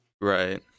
right